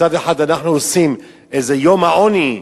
מצד אחד אנחנו עושים איזה "יום העוני",